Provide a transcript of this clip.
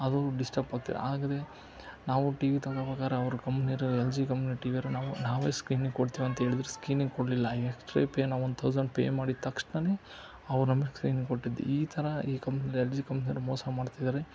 ಅದು ಡಿಸ್ಟಪ್ ಆಗುತ್ತೆ ಆಗಲೇ ನಾವು ಟಿ ವಿ ತಗೋಬೋಕಾರೆ ಅವ್ರು ಕಂಪೆನಿಯವರು ಎಲ್ ಜಿ ಕಂಪ್ನಿ ಟಿ ವಿಯವರು ನಾವು ನಾವೇ ಸ್ಕೀನಿಂಗ್ ಕೊಡ್ತೀವಿ ಅಂತ ಹೇಳಿದ್ದರು ಸ್ಕೀನಿಂಗ್ ಕೊಡಲಿಲ್ಲ ಎಕ್ಸ್ಟ್ರ ಪೇ ನಾವು ಒನ್ ತೌಸಂಡ್ ಪೇ ಮಾಡಿದ ತಕ್ಷಣನೆ ಅವ್ರು ನಮ್ಗೆ ಸ್ಕ್ರೀನಿಂಗ್ ಕೊಟ್ಟಿದ್ದು ಈ ಥರ ಈ ಕಂಪ್ ಎಲ್ ಜಿ ಕಂಪ್ನಿಯೋರು ಮೋಸ ಮಾಡ್ತಿದ್ದಾರೆ